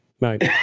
right